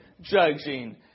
judging